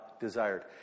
desired